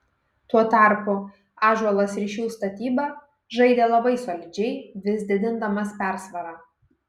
tuo tarpu ąžuolas ryšių statyba žaidė labai solidžiai vis didindamas persvarą